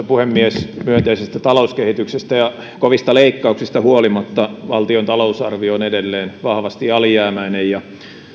puhemies myönteisestä talouskehityksestä ja kovista leikkauksista huolimatta valtion talousarvio on edelleen vahvasti alijäämäinen ja